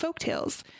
folktales